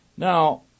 Now